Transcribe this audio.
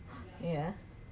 yeah